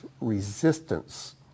resistance